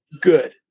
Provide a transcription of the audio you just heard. Good